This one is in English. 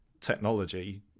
technology